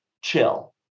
chill